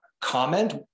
comment